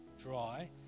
dry